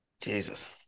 Jesus